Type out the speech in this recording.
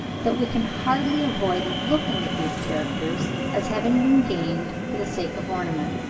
that we can hardly avoid looking at these characters as having been gained for the sake of ornament.